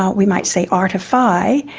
we might say artify,